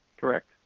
Correct